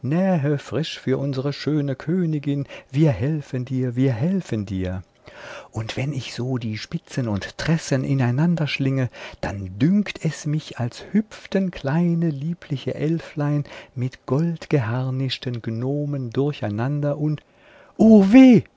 frisch für unsere schöne königin wir helfen dir wir helfen dir und wenn ich so die spitzen und tressen ineinanderschlinge dann dünkt es mich als hüpften kleine liebliche elflein mit goldgeharnischten gnomen durcheinander und o weh